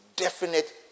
definite